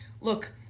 look